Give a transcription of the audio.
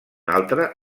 altre